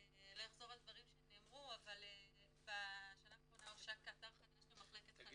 אני לא אחזור על דברים שנאמרו אבל אומר שיש לנו